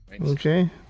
okay